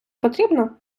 потрібно